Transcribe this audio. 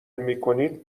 میکنید